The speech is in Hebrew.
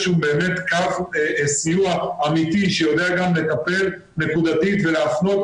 שהוא קו סיוע אמיתי שיודע גם לטפל נקודתית ולהפנות,